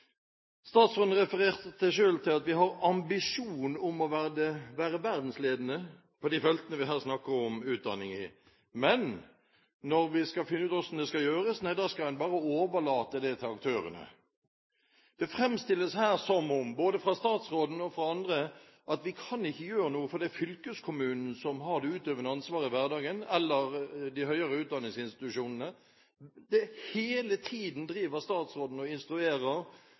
Statsråden refererte selv til at vi har ambisjon om å være verdensledende på de feltene vi her snakker om når det gjelder utdanning. Men når vi får høre hvordan det skal gjøres, da skal en bare overlate det til aktørene. Det framstilles her – både fra statsråden og andre – som om vi ikke kan gjøre noe, for det er fylkeskommunen som har det utøvende ansvaret i hverdagen – eller de høyere utdanningsinstitusjonene. Hele tiden driver statsråden